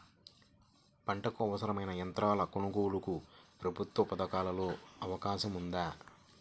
పంటకు అవసరమైన యంత్రాల కొనగోలుకు ప్రభుత్వ పథకాలలో అవకాశం ఉందా?